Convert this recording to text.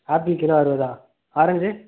apple kilo அறுபதா orange